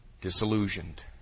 disillusioned